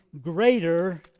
greater